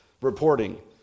reporting